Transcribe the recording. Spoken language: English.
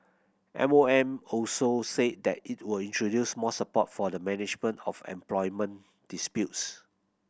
M O M also said that it will introduce more support for the management of employment disputes